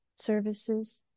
services